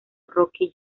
rocky